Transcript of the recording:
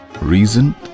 Reason